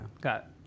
Got